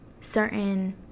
certain